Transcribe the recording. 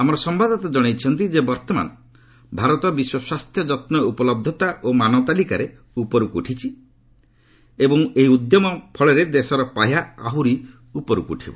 ଆମର ସମ୍ଭାଦଦାତା ଜଣାଇଛନ୍ତି ଯେ ବର୍ତ୍ତମାନ ଭାରତ ବିଶ୍ୱ ସ୍ୱାସ୍ଥ୍ୟ ଯତ୍ନ ଉପଲହ୍ଧତା ଓ ମାନ ତାଲିକାରେ ଉପରକୁ ଉଠିଛି ଏବଂ ଏହି ଉଦ୍ୟମ ଦେଶର ପାହ୍ୟାକୁ ଆହୁରି ଉପରକୁ ଉଠାଇବ